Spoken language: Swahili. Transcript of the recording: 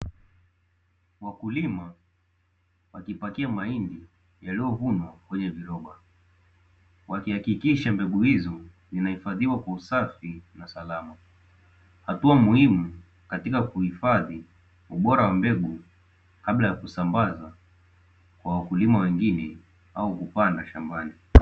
Wakulima wakipakia mahindi waliyoyavuna kwenye maroba, wakihakikisha mbegu hizo zinahifadhiwa kwa usafi na usalama. Hatua muhimu katika kuhifadhi ubora wa mbegu kabla ya kusambaza kwa wakulima wengine au kupanda shambani.